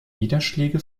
niederschläge